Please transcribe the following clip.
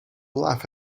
laugh